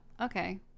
okay